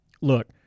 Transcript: look